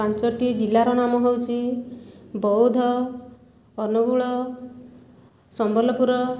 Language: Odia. ପାଞ୍ଚଟି ଜିଲ୍ଲାର ନାମ ହେଉଛି ବୌଦ୍ଧ ଅନୁଗୁଳ ସମ୍ବଲପୁର